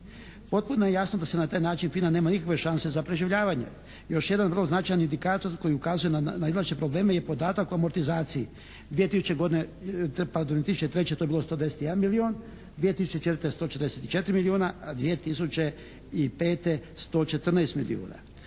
Potpuno je jasno da se na taj način FINA nema nikakve šanse za preživljavanje. Još jedan vrlo značajan indikator koji ukazuje na …/Govornik se ne razumije./… probleme je podatak armotizacije, 2003. to je bio …/Govornik se ne razumije./… milijun, 2004. 144 milijuna,